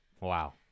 Wow